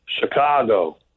Chicago